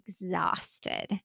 exhausted